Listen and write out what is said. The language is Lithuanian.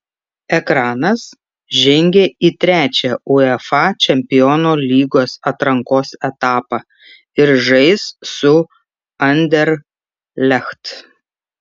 ekranas žengė į trečią uefa čempionų lygos atrankos etapą ir žais su anderlecht